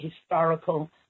historical